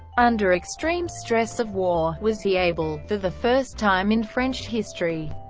under extreme stress of war, was he able, for the first time in french history,